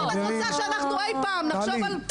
אז אם את רוצה שאנחנו אי פעם נחשוב על קידום של הדבר הזה בסדר.